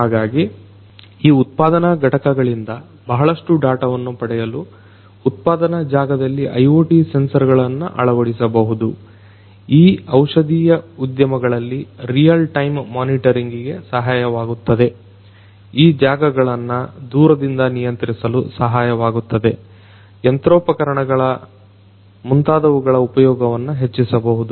ಹಾಗಾಗಿ ಈ ಉತ್ಪಾದನ ಘಟಕಗಳಿಂದ ಬಹಳಷ್ಟು ಡಾಟವನ್ನ ಪಡೆಯಲು ಉತ್ಪಾದನ ಜಾಗದಲ್ಲಿ IoT ಸೆನ್ಸರ್ಗಳನ್ನ ಅಳವಡಿಸಬಹುದು ಈ ಔಷಧಿಯ ಉದ್ಯಮಗಳಲ್ಲಿ ರಿಯಲ್ ಟೈಮ್ ಮೊನಿಟರಿಂಗ್ಗೆ ಸಹಾಯವಾಗುತ್ತದೆ ಈ ಜಾಗಗಳನ್ನ ದೂರದಿಂದ ನಿಯಂತ್ರಿಸಲು ಸಹಾಯವಾಗುತ್ತದೆ ಯಂತ್ರೋಪಕರಣಗಳ ಮುಂತಾದವುಗಳ ಉಪಯೋಗವನ್ನ ಹೆಚ್ಚಿಸಬಹುದು